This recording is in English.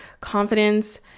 Confidence